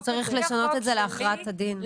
אז צריך יהיה לשנות את זה להכרעת הדין.